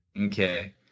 Okay